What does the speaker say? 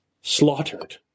slaughtered